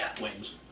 wings